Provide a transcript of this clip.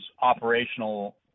operational